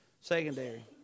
secondary